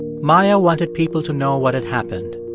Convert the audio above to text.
maia wanted people to know what had happened.